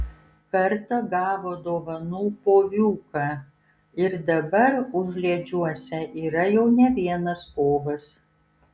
kartą gavo dovanų poviuką ir dabar užliedžiuose yra jau ne vienas povas